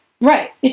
right